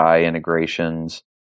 integrations